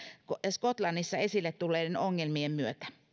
skotlannissa esille tulleiden ongelmien myötä